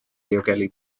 diogelu